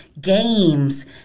games